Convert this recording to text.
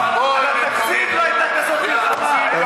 על התקציב לא הייתה כזאת מלחמה.